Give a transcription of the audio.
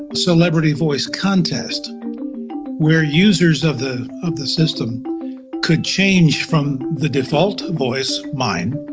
celebrity voice contest where users of the of the system could change from the default voice, mine,